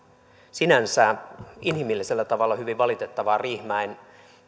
sinänsä inhimillisellä tavalla hyvin valitettavaa riihimäen